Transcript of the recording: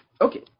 okay